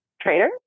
trader